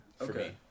Okay